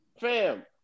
Fam